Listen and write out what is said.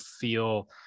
feel